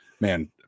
man